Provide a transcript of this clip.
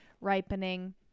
ripening